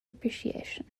appreciation